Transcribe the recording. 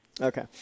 okay